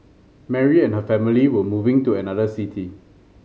Mary and her family were moving to another city